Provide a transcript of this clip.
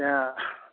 त्यहाँ